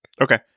Okay